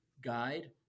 guide